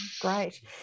Great